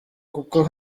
kuko